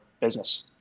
business